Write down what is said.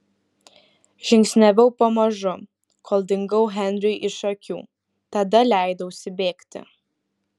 žingsniavau pamažu kol dingau henriui iš akių tada leidausi bėgti